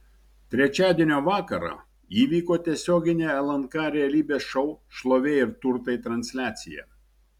trečiadienio vakarą įvyko tiesioginė lnk realybės šou šlovė ir turtai transliacija